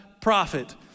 prophet